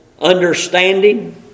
understanding